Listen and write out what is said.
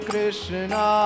Krishna